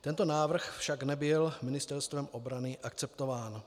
Tento návrh však nebyl Ministerstvem obrany akceptován.